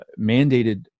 mandated